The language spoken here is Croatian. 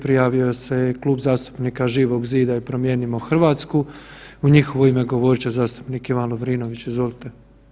Prijavio se je Klub zastupnika Živog zida i Promijenimo Hrvatsku, u njihovo ime govorit će zastupnik Ivan Lovrinović, izvolite.